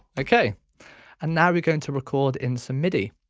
ok and now we're going to record in some midi.